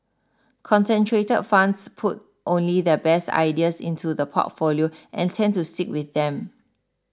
concentrated funds put only their best ideas into the portfolio and tend to sick with them